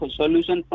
solution